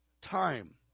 time